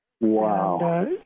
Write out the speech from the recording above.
Wow